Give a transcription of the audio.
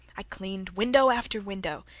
i cleaned window after window.